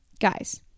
Guys